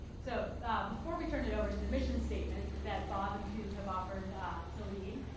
so before we turn it over to the mission statement that bob and coop have offered to lead,